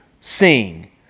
sing